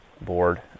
board